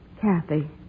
Kathy